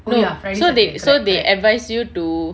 so so they so they advise you to